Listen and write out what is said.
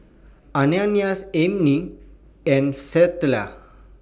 Ananias Aimee and Stella